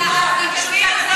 בין-לאומי לא שווה.